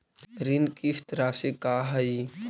ऋण किस्त रासि का हई?